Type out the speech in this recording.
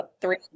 three